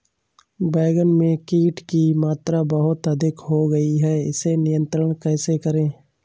बैगन में कीट की मात्रा बहुत अधिक हो गई है इसे नियंत्रण कैसे करें?